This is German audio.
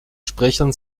sprechern